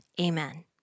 Amen